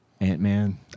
Ant-Man